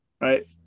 Right